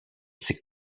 ses